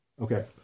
Okay